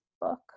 book